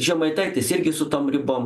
žemaitaitis irgi su tom ribom